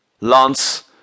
Lance